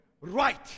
right